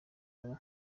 ubumwe